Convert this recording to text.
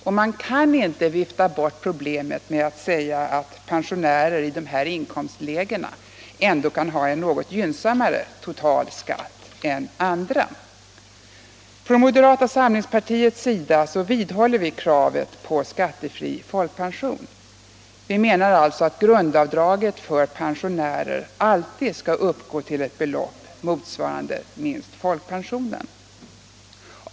Problemet kan inte viftas bort med att pensionärer i dessa inkomstlägen ändå kan ha en något gynnsammare total skatt än andra skattebetalare. Från moderata samlingspartiets sida vidhåller vi kravet på skattefri folkpension. Vi anser alltså att grundavdraget för pensionärer alltid bör uppgå till ett belopp motsvarande folkpensionen.